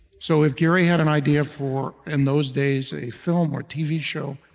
so if gary had an idea for, in those days, a film or tv show,